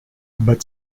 but